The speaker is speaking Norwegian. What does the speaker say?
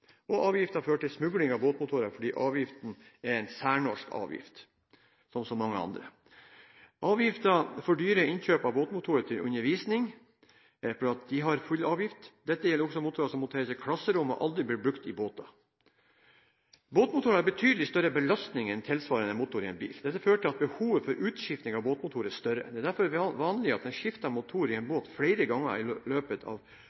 til smugling av båtmotorer fordi avgiften er en særnorsk avgift, som så mange andre. Avgiften fordyrer innkjøp av båtmotorer til undervisning – for dem er det også full avgift. Dette gjelder også for motorer som monteres i klasserom og aldri blir brukt i båter. Båtmotorer har betydelig større belastning enn en tilsvarende motor i en bil. Dette fører til at behovet for utskiftning av båtmotorer er større. Det er derfor vanlig at en skifter motor i en båt flere ganger i løpet av